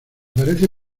parece